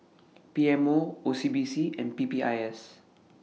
P M O O C B C and P P I S